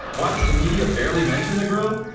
why does the media barely mention the grove?